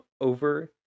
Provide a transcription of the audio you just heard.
over